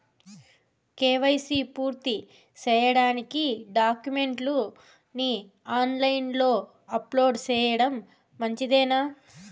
KYC పూర్తి సేయడానికి డాక్యుమెంట్లు ని ఆన్ లైను లో అప్లోడ్ సేయడం మంచిదేనా?